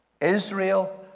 Israel